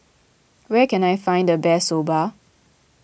where can I find the best Soba